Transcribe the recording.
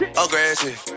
aggressive